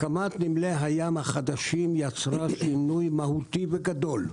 הקמת נמלי הים החדשים יצרה שינוי מהותי וגדול.